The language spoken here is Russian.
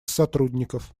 сотрудников